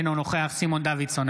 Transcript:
אינו נוכח סימון דוידסון,